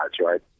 right